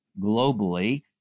globally